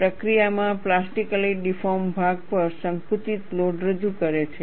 પ્રક્રિયામાં plastically deform ભાગ પર સંકુચિત લોડ રજૂ કરે છે